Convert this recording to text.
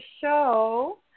show